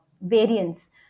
variance